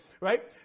Right